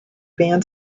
band